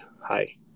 Hi